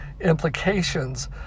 implications